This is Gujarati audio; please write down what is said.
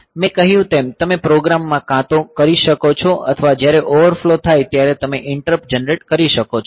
મેં કહ્યું તેમ તમે પ્રોગ્રામ માં કાં તો કરી શકો છો અથવા જ્યારે ઓવરફ્લો થાય ત્યારે તમે ઈંટરપ્ટ જનરેટ કરી શકો છો